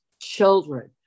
children